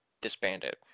disbanded